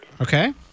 Okay